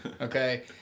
Okay